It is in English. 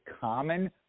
common